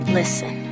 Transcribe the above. listen